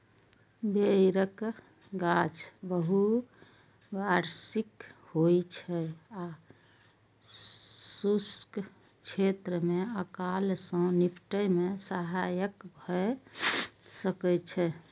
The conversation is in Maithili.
बेरक गाछ बहुवार्षिक होइ छै आ शुष्क क्षेत्र मे अकाल सं निपटै मे सहायक भए सकै छै